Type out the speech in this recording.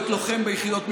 להיות לוחם ביחידות מיוחדות,